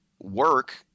work